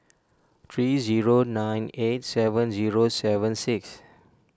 three zero nine eight seven zero seven six